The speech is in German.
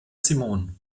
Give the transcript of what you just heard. simone